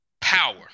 power